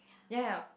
ya ya yup